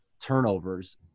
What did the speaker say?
turnovers